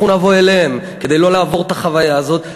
אנחנו נבוא אליהם, כדי שלא לעבור את החוויה הזאת.